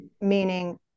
meaning